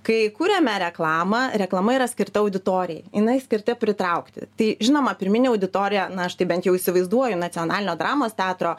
kai kuriame reklamą reklama yra skirta auditorijai jinai skirta pritraukti tai žinoma pirminė auditorija na aš tai bent jau įsivaizduoju nacionalinio dramos teatro